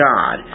God